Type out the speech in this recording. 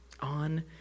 on